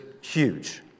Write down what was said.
huge